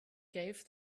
gave